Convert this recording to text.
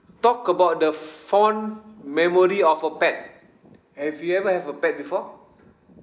talk about the fond memory of a pet have you ever have a pet before